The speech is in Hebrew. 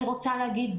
אני רוצה להגיד,